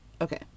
Okay